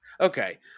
Okay